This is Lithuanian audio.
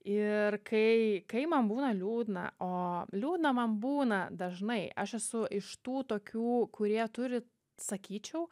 ir kai kai man būna liūdna o liūdna man būna dažnai aš esu iš tų tokių kurie turi sakyčiau